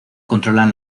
controlan